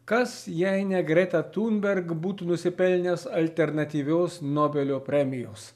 kas jei ne greta tunberg būtų nusipelnęs alternatyvios nobelio premijos